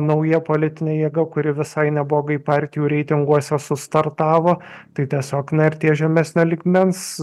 nauja politine jėga kuri visai neblogai partijų reitinguose sustartavo tai tiesiog na ir tie žemesnio lygmens